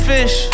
Fish